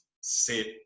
sit